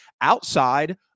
outside